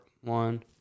one